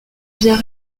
viens